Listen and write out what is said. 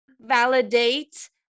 validate